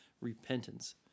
repentance